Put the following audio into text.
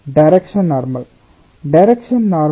direction normal